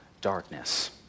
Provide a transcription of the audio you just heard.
darkness